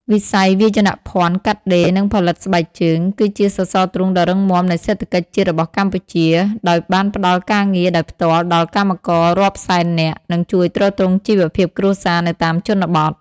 វិស័យវាយនភណ្ឌ កាត់ដេរ និងផលិតស្បែកជើង គឺជាសសរទ្រូងដ៏រឹងមាំនៃសេដ្ឋកិច្ចជាតិរបស់កម្ពុជា ដោយបានផ្តល់ការងារដោយផ្ទាល់ដល់កម្មកររាប់សែននាក់ និងជួយទ្រទ្រង់ជីវភាពគ្រួសារនៅតាមជនបទ។